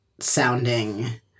sounding